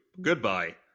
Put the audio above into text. Goodbye